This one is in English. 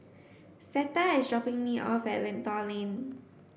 Zeta is dropping me off at Lentor Lane